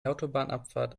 autobahnabfahrt